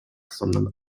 sondern